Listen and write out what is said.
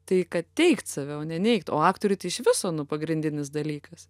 tai kad teigt save o ne neigt o aktoriui tai iš viso nu pagrindinis dalykas